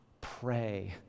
Pray